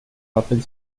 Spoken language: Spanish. papel